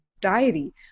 diary